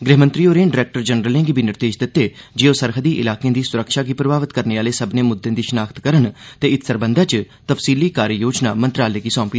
गृहमंत्री होरें डायरेक्टर जनरलें गी बी निर्देश दित्ते जे ओ सरह्दी इलाकें दी सुरक्षा गी प्रभावत करने आले सब्बने मुद्दें दी शनाख्त करन ते इस सरबंधै च तफसीली कार्य योजना मंत्रालय गी सौंपन